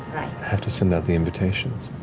have to send out the invitations.